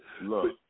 Look